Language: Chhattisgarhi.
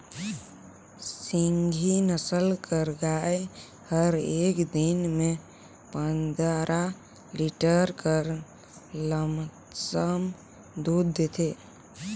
सिंघी नसल कर गाय हर एक दिन में पंदरा लीटर कर लमसम दूद देथे